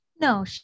No